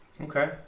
Okay